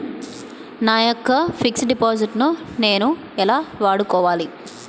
నా యెక్క fixed deposit ను నేను ఎలా వాడుకోవాలి?